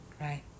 right